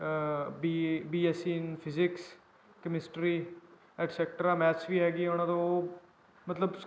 B B S C in physics chemistry etcetera maths ਵੀ ਹੈਗੀ ਉਹਨਾਂ ਤੋਂ ਮਤਲਬ